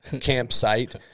campsite